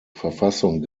verfassung